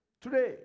Today